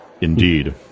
Indeed